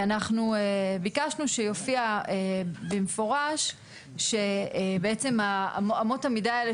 אנחנו ביקשנו שיופיע במפורש שבעצם אמות המידה האלה